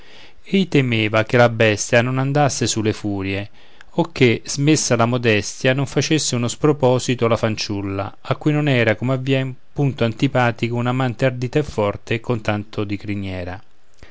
ei temeva che la bestia non andasse sulle furie o che smessa la modestia non facesse uno sproposito la fanciulla a cui non era come avvien punto antipatico un amante ardito e forte e con tanto di criniera